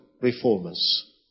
reformers